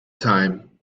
time